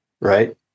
right